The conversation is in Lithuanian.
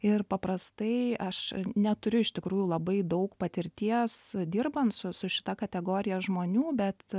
ir paprastai aš neturiu iš tikrųjų labai daug patirties dirbant su su šita kategorija žmonių bet